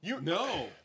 No